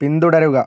പിന്തുടരുക